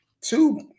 Two